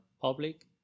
public